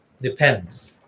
depends